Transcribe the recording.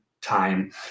time